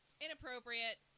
Inappropriate